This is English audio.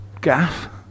gaff